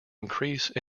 increase